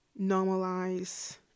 normalize